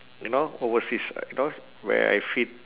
you know overseas know where I feed